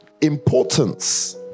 importance